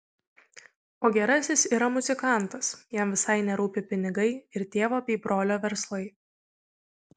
o gerasis yra muzikantas jam visai nerūpi pinigai ir tėvo bei brolio verslai